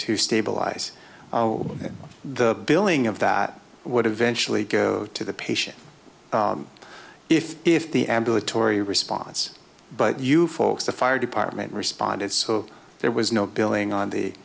to stabilize the billing of that would eventually go to the patient if if the ambulatory response but you folks the fire department responded so there was no billing